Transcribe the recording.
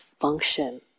function